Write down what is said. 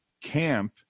camp